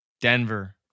Denver